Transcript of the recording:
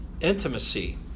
intimacy